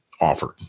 offered